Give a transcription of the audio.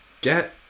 get